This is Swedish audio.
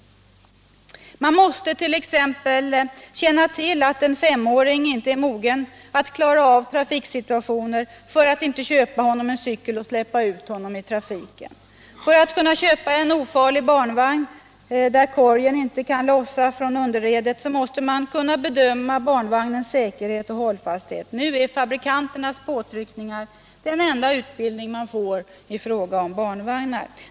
Man måste t.ex. känna till att en femåring inte är mogen att klara av trafiksituationer för att inte köpa honom en cykel och släppa ut honom i trafiken. För att kunna köpa en ofarlig barnvagn, där korgen inte kan lossna från underredet, måste man kunna bedöma barnvagnens säkerhet och hållfasthet. Nu är fabrikanternas påtryckningar den enda utbildning man får i fråga om barnvagnar.